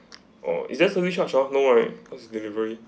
oh it's there service of charge hor no right just delivery